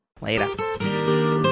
Later